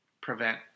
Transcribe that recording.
prevent